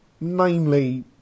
Namely